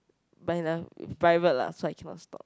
but he nev~ private lah so I cannot stalk